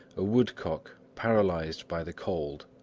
a woodcock, paralysed by the cold,